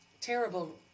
terrible